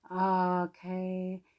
okay